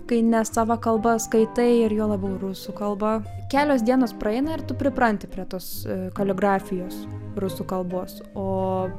kai nesava kalba skaitai ir juo labiau rusų kalba kelios dienos praeina ir tu pripranti prie tos kaligrafijos rusų kalbos o